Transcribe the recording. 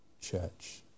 church